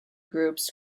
groups